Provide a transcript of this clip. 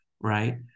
right